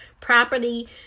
property